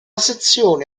sezione